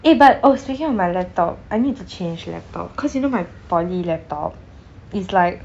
eh but oh speaking of my laptop I need to change laptop cause you know my poly laptop is like